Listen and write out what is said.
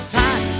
time